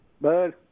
Bud